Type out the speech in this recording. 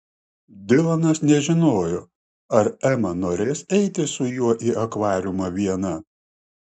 dilanas nežinojo ar ema norės eiti su juo į akvariumą viena